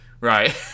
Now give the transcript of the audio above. right